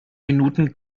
minuten